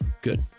Good